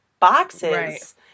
boxes